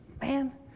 Man